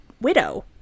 widow